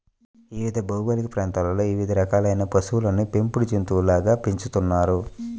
వివిధ భౌగోళిక ప్రాంతాలలో వివిధ రకాలైన పశువులను పెంపుడు జంతువులుగా పెంచుతున్నారు